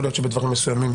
יכול להיות שבדברים מסוימים,